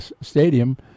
stadium